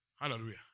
Hallelujah